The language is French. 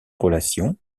relations